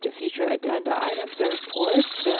future agenda items or reports.